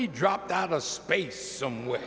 he dropped out of space somewhere